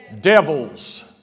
Devils